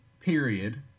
period